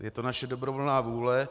Je to naše dobrovolná vůle.